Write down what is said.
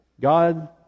God